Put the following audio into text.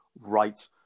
right